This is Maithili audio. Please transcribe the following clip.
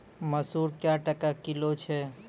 मसूर क्या टका किलो छ?